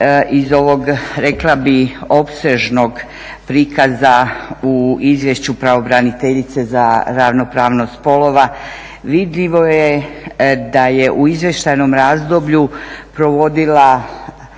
iz ovog rekla bih opsežnog prikaza u izvješću pravobraniteljice za ravnopravnost spolova vidljivo je da je u izvještajno razdoblju provodila